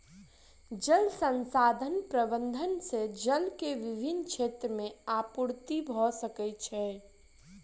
जल संसाधन प्रबंधन से जल के विभिन क्षेत्र में आपूर्ति भअ सकै छै